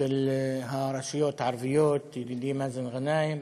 של הרשויות הערביות, ידידי מאזן גנאים,